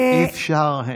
אבל אי-אפשר.